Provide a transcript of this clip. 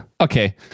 Okay